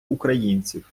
українців